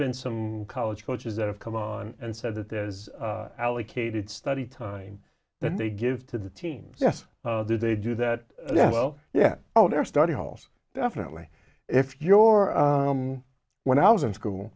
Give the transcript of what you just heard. been some college coaches that have come on and said that there is allocated study time that they give to the teams yes they do that well yes oh their study halls definitely if your when i was in school